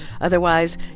Otherwise